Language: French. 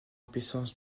puissance